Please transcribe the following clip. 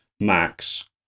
Max